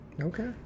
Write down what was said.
Okay